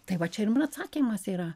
tai va čia jum ir atsakymas yra